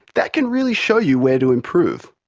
that can really show you where to improve.